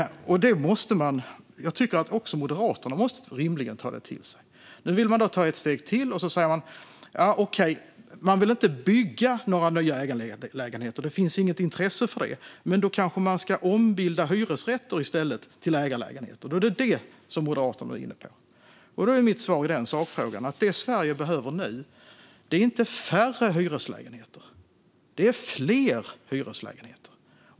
Jag tycker att också Moderaterna rimligen måste ta det till sig. Nu vill ni ta ett steg till och säger: "Okej, man vill inte bygga några nya ägarlägenheter. Det finns inget intresse för det. Men då kanske man i stället ska ombilda hyresrätter till ägarlägenheter." Nu är det det ni är inne på. Mitt svar i den sakfrågan är att det Sverige behöver nu inte är färre hyreslägenheter. Det är fler hyreslägenheter.